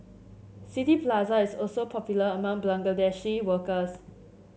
City Plaza is also popular among Bangladeshi workers